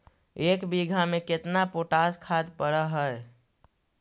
एक बिघा में केतना पोटास खाद पड़ है?